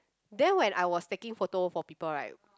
then when I was taking photo for people right